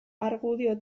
argudio